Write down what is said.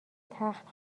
تخت